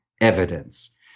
evidence